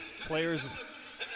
Players